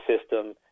system